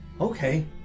Okay